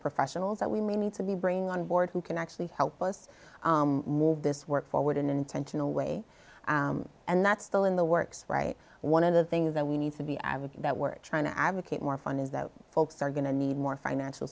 professionals that we may need to be bringing on board who can actually help us move this work forward in an intentional way and that's the law in the works right one of the things that we need to be i would say that we're trying to advocate more fun is that folks are going to need more financial